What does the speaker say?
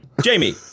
Jamie